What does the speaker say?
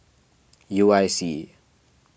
U I C